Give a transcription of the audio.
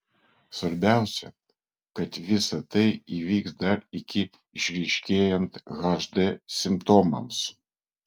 svarbiausia kad visa tai įvyks dar iki išryškėjant hd simptomams